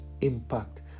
impact